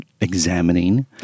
examining